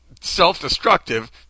self-destructive